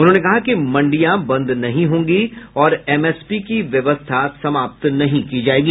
उन्होंने कहा कि मंडिया बंद नहीं होगी और एमएसपी की व्यवस्था समाप्त नहीं की जायेगी